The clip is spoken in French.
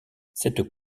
cette